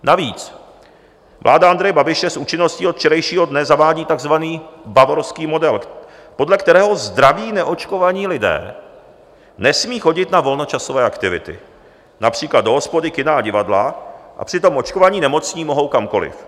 Navíc vláda Andreje Babiše s účinností od včerejšího dne zavádí takzvaný bavorský model, podle kterého zdraví neočkovaní lidé nesmí chodit na volnočasové aktivity, například do hospody, kina a divadla, a přitom očkovaní nemocní mohou kamkoliv.